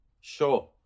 Sure